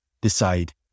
decide